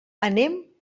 anem